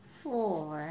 four